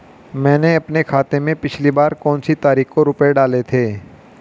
मैंने अपने खाते में पिछली बार कौनसी तारीख को रुपये डाले थे?